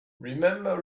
remember